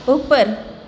ઉપર